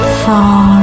far